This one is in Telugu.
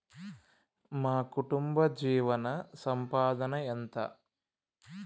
మా కుటుంబ జీవన సంపాదన ఎంత?